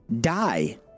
die